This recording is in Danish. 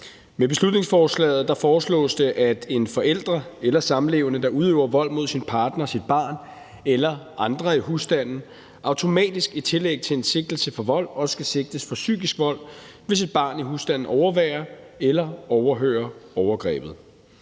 Med beslutningsforslaget foreslås det, at en forælder eller samlevende, der udøver vold mod sin partner, sit barn eller andre i husstanden automatisk i tillæg til en sigtelse for vold også skal sigtes for psykisk vold, hvis et barn i husstanden overværer eller overhører overgrebet.